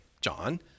John